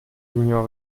junior